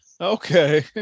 Okay